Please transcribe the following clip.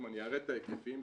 אני אראה את ההיקפים.